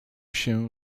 się